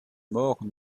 mort